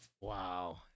Wow